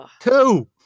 two